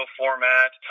format